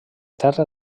terra